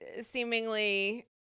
seemingly